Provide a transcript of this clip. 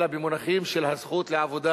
אלא במונחים של הזכות לעבודה,